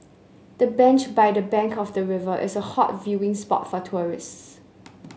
the bench by the bank of the river is a hot viewing spot for tourists